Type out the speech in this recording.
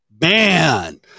Man